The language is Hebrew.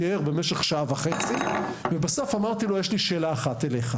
והצגתי בפניו שאלה אחת,